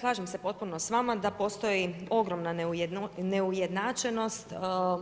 Slažem se potpuno s vama da postoji ogromna neujednačenost